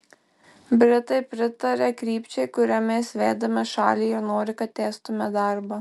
britai pritaria krypčiai kuria mes vedame šalį ir nori kad tęstume darbą